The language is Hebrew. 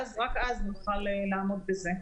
רק אז נוכל לעמוד בזה.